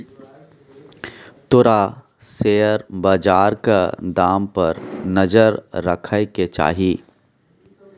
तोरा शेयर बजारक दाम पर नजर राखय केँ चाही